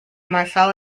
marcel